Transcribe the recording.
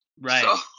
Right